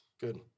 Good